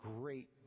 great